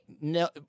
No